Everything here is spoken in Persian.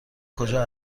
کجا